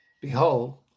Behold